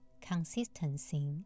consistency